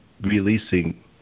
releasing